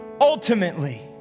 ultimately